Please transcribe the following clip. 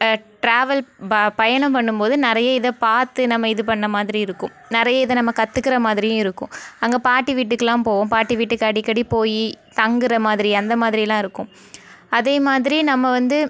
travel ப பயணம் பண்ணும்போது நிறைய இதை பார்த்து நம்ம இது பண்ண மாதிரி இருக்கும் நிறைய இதை நம்ம கற்றுக்குற மாதிரியும் இருக்கும் அங்கே பாட்டி வீட்டுக்கு எல்லாம் போவோம் பாட்டி வீட்டுக்கு அடிக்கடி போய் தங்குகிற மாதிரி அந்த மாதிரி எல்லாம் இருக்கும் அதே மாதிரி நம்ம வந்து